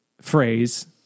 phrase